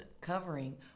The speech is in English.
covering